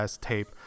tape